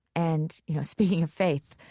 and, you know, speaking of faith,